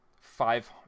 Five